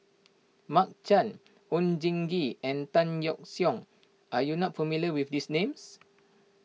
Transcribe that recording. Mark Chan Oon Jin Gee and Tan Yeok Seong are you not familiar with these names